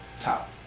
top